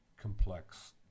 complex